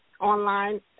online